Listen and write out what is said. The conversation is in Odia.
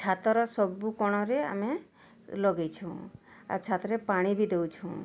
ଛାତର ସବୁ କୋଣରେ ଆମେ ଲଗେଇଛୁଁ ଆର୍ ଛାତରେ ବି ପାଣି ଦେଉଛୁଁ